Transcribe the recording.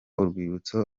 urwibutso